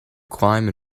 climb